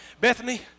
Bethany